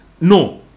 No